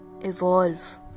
Evolve